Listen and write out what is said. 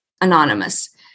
anonymous